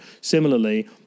Similarly